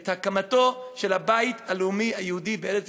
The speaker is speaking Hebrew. את הקמתו של הבית הלאומי היהודי בארץ-ישראל.